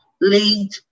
lead